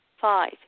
Five